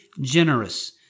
generous